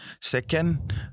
Second